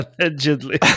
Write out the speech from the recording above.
Allegedly